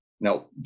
now